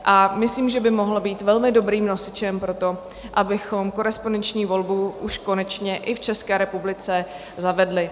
A myslím, že by to mohlo být velmi dobrým nosičem pro to, abychom korespondenční volbu už konečně i v České republice zavedli.